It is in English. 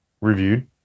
reviewed